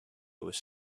was